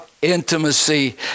intimacy